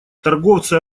торговцы